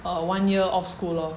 one year off school lor